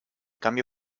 cambio